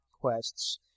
quests